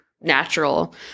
natural